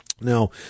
Now